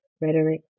rhetoric